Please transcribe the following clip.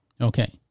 Okay